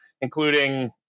including